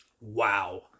Wow